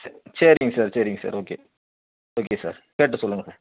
சரி சரிங்க சார் சரிங்க சார் ஓகே ஓகே சார் கேட்டு சொல்லுங்கள் சார்